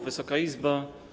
Wysoka Izbo!